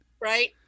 Right